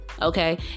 Okay